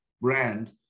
brand